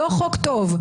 לא חוק טוב.